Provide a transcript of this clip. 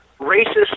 racist